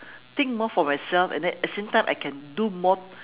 think more for myself and then at the same time I can do more